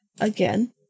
again